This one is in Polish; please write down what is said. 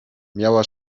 miała